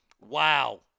Wow